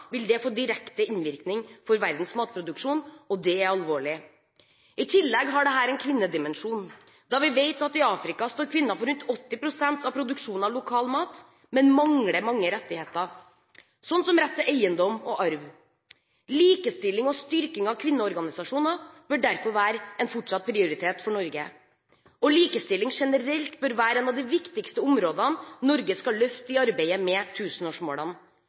vil det få direkte innvirkning for verdens matproduksjon, og det er alvorlig. I tillegg har dette en kvinnedimensjon da vi vet at i Afrika står kvinner for rundt 80 pst. av produksjonen av lokal mat, men mangler mange rettigheter, som rett til eiendom og arv. Likestilling og styrking av kvinneorganisasjoner bør derfor være en fortsatt prioritet for Norge, og likestilling generelt bør være et av de viktigste områdene Norge skal løfte i arbeidet med tusenårsmålene,